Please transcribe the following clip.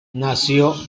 nació